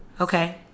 Okay